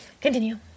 Continue